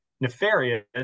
nefarious